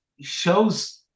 shows